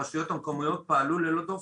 הרשויות המקומיות פעלו ללא דופי.